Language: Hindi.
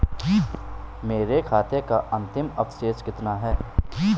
मेरे खाते का अंतिम अवशेष कितना है?